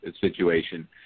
situation